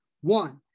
one